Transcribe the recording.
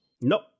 Nope